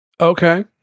Okay